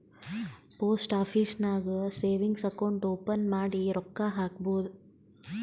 post office ನಾಗ್ savings account open ಮಾಡಿ ರೊಕ್ಕಾ ಹಾಕ್ಬೋದ್